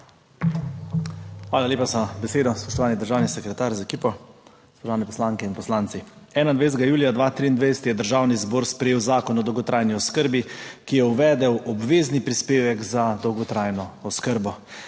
Hvala lepa za besedo. Spoštovani državni sekretar z ekipo, spoštovane poslanke in poslanci! 21. julija 2023 je Državni zbor sprejel Zakon o dolgotrajni oskrbi, ki je uvedel obvezni prispevek za dolgotrajno oskrbo.